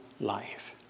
life